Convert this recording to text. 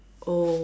oh